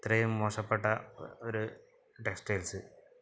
ഇത്രയും മോശപ്പെട്ട ഒരു ടെക്സ്റ്റൈൽസ്